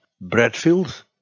Bradfield